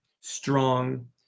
strong